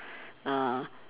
uh